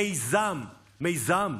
מיזם, מיזם.